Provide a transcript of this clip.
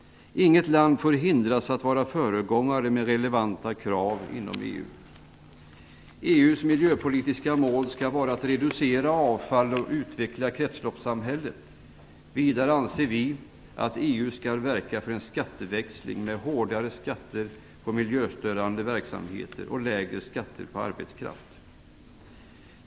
Inget land får hindras att vara föregångare med relevanta miljökrav inom EU. EU:s miljöpolitiska mål skall vara att reducera avfall och utveckla kretsloppssamhället. Vidare anser vi att EU skall verka för en skatteväxling med hårdare skatter på miljöstörande verksamheter och lägre skatter på arbetskraft.